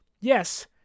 Yes